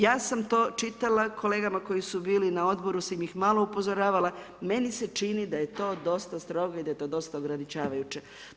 Ja sam to čitala kolegama koji su bili na odboru sam ih malo upozoravala, meni se čini da je to dosta strogo i da je to dosta ograničavajuće.